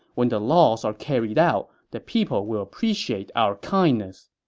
when the laws are carried out, the people will appreciate our kindness.